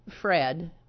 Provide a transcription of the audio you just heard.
Fred